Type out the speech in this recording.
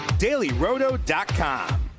dailyroto.com